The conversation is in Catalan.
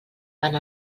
van